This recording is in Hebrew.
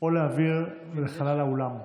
או לאוויר, לחלל האולם.